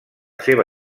seva